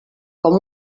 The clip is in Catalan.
com